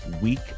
week